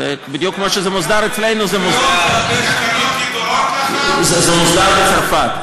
בדיוק כמו שמוסדר אצלנו זה מוסדר בצרפת.